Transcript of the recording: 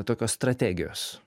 tokios strategijos